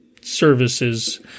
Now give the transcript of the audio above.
services